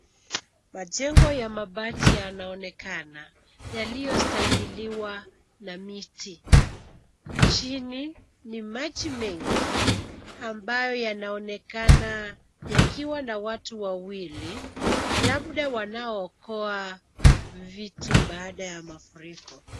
Majengo ya mabati yanaonekana yaliyostahimiliwa na miti. Chini ni maji mengi ambayo yanaonekana yakiwa na watu wawili labda wanaokoa vitu baada ya mafuriko.